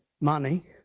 money